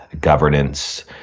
governance